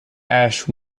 ash